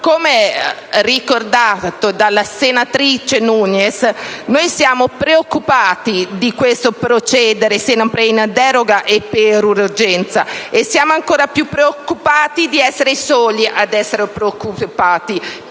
Come ricordato dalla senatrice Nugnes, noi siamo preoccupati per questo modo di procedere sempre in deroga e per urgenza e siamo ancora più preoccupati di essere i soli ad essere preoccupati